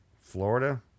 Florida